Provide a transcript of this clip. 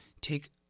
take